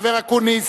החבר אקוניס,